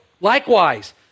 Likewise